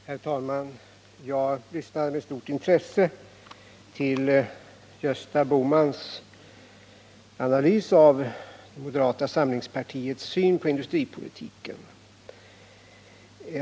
Herr talman! Jag lyssnade med stort intresse till Gösta Bohmans och moderata samlingspartiets analys av industripolitiken.